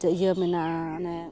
ᱤᱭᱟᱹ ᱢᱮᱱᱟᱜᱼᱟ ᱚᱱᱮ